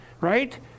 right